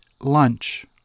lunch